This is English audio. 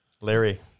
Larry